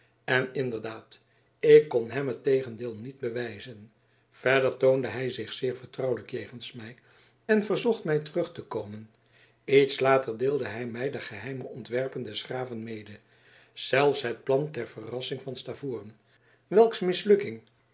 en inderdaad ik kon hem het tegendeel niet bewijzen verder toonde hij zich zeer vertrouwelijk jegens mij en verzocht mij terug te komen iets later deelde hij mij de geheime ontwerpen des graven mede zelfs het plan ter verrassing van stavoren welks mislukking